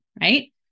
right